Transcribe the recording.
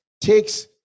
takes